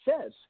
says